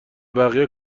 بقیه